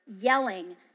yelling